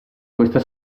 questa